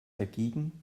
dagegen